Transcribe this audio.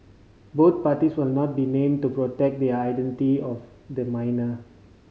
both parties will not be named to protect the identity of the minor